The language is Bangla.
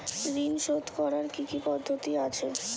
ঋন শোধ করার কি কি পদ্ধতি আছে?